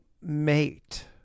mate